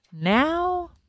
Now